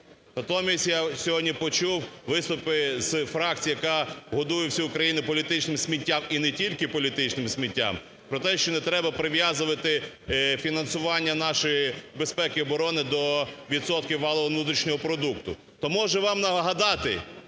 Натомість я сьогодні почув виступи з фракції, яка годує всю Україну політичним сміттям і не тільки політичним сміттям, про те, що не треба прив'язувати фінансування нашої безпеки і оборони до відсотків валового внутрішнього продукту. То може вам нагадати,